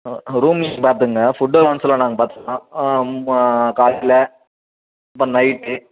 room இது நீங்கள் பார்த்துக்குங்க ஃபுட்டு அலவன்ஸுலாம் நாங்கள் பார்த்துக்குறோம் காலையில் அப்புறம் நைட்டு